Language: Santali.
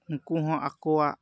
ᱩᱱᱠᱩ ᱦᱚᱸ ᱟᱠᱚᱣᱟᱜ